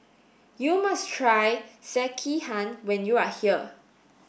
you must try Sekihan when you are here